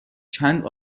چند